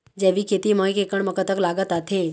जैविक खेती म एक एकड़ म कतक लागत आथे?